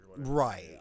Right